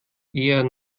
eher